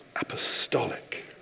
apostolic